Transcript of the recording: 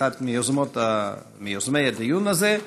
אחת מיוזמי הדיון הזה,